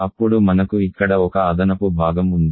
అప్పుడు మనకు ఇక్కడ ఒక అదనపు భాగం ఉంది